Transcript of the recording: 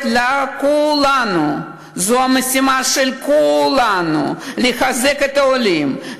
לכולנו: זו המשימה של כולנו לחזק את העולים,